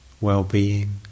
well-being